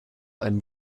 einen